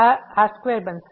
આ r2 બનશે